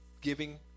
giving